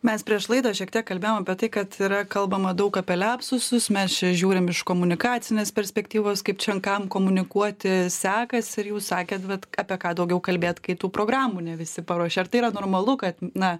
mes prieš laidą šiek tiek kalbėjom apie tai kad yra kalbama daug apie liapsusus mes čia žiūrim iš komunikacinės perspektyvos kaip čia kam komunikuoti sekasi ir jūs sakėt bet apie ką daugiau kalbėt kai tų programų ne visi paruošė ar tai yra normalu kad na